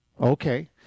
Okay